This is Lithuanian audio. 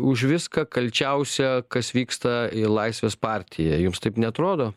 už viską kalčiausia kas vyksta i laisvės partija jums taip neatrodo